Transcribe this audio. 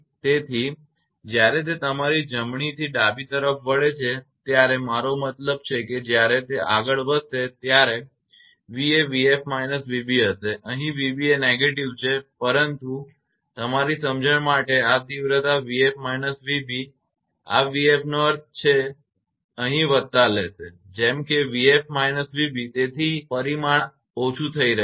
તેથી જ્યારે તે તમારી જમણીથી ડાબી તરફ વળે છે ત્યારે મારો મતલબ છે કે જ્યારે તે આગળ વધશે ત્યારે v એ 𝑣𝑓 − 𝑣𝑏 હશે અહીં 𝑣𝑏 એ negative છે પરંતુ તમારી સમજણ માટે આ તીવ્રતા 𝑣𝑓 − 𝑣𝑏 આ vb નો અર્થ છે અહીં વત્તા લેશે જેમ કે 𝑣𝑓 − 𝑣𝑏 તેથી આ આ પરિમાણ આ ઓછું થઈ રહ્યું છે